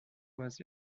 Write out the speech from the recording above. was